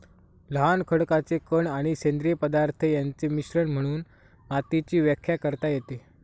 लहान खडकाचे कण आणि सेंद्रिय पदार्थ यांचे मिश्रण म्हणून मातीची व्याख्या करता येते